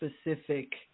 specific